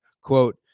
Quote